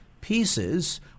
pieces